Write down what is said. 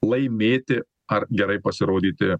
laimėti ar gerai pasirodyti